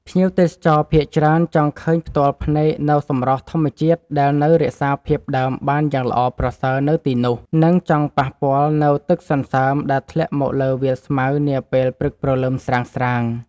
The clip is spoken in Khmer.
ភ្ញៀវទេសចរភាគច្រើនចង់ឃើញផ្ទាល់ភ្នែកនូវសម្រស់ធម្មជាតិដែលនៅរក្សាភាពដើមបានយ៉ាងល្អប្រសើរនៅទីនោះ និង ចង់ប៉ះពាល់នូវទឹកសន្សើមដែលធ្លាក់មកលើវាលស្មៅនាពេលព្រឹកព្រលឹមស្រាងៗ។